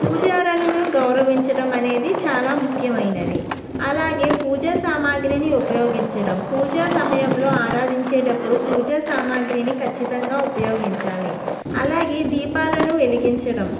పూజారులను గౌరవించడం అనేది చాలా ముఖ్యమైనది అలాగే పూజా సామాగ్రిని ఉపయోగించడం పూజా సమయములో ఆరాధించేటప్పుడు పూజా సామాగ్రిని ఖచ్చితంగా ఉపయోగించాలి అలాగే దీపాలను వెలిగించటం